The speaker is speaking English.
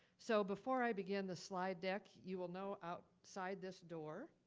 so before i begin the slide deck, you will know outside this door,